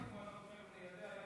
אנחנו תכף ניידע,